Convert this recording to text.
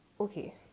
Okay